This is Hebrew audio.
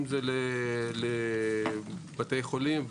אם זה לבתי חולים,